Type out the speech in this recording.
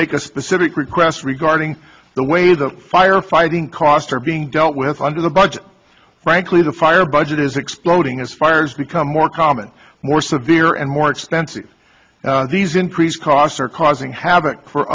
make a specific request regarding the way the firefighting costs are being dealt with under the budget frankly the fire budget is exploding as fires become more common more severe and more expensive these increased costs are causing havoc for